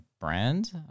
brand